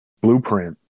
blueprint